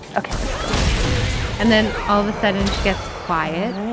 ok, let's go and then all of a sudden she gets quiet